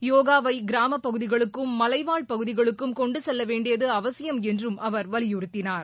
யோகாவை கிராமப் பகுதிகளுக்கும் மழைவாழ் பகுதிகளுக்கும் கொண்டு செல்லவேண்டியது அவசியம் என்றும் அவர் வலியுறுத்தினார்